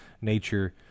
nature